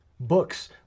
Books